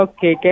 Okay